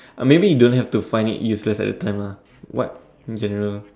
may be you don't have to find it useless at the time what in general